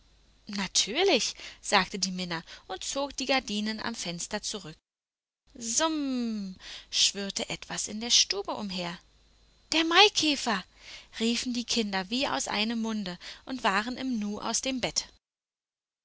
natürlich sagte die minna und zog die gardinen am fenster zurück summ schwirrte etwas in der stube umher der maikäfer riefen die kinder wie aus einem munde und waren im nu aus dem bett